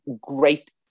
great